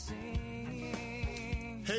Hey